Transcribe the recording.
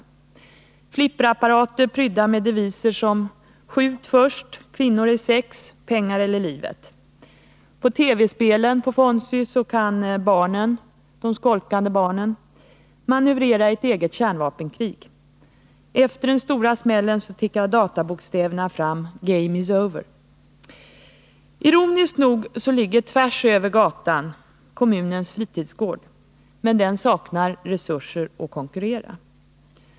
Det är flipperapparater prydda med deviser som Skjut först, Kvinnor är sex, Pengar eller livet. På TV-spelen på Fonzie kan de skolkande barnen manövrera ett eget kärnvapenkrig. Efter den stora smällen tickar databokstäverna fram, och man kan läsa: ”Game is over”. Ironiskt nog ligger tvärsöver gatan kommunens fritidsgård, men den saknar resurser att konkurrera.